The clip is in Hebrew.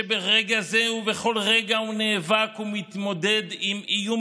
וברגע זה ובכל רגע הוא נאבק ומתמודד עם איום